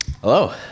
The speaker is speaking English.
Hello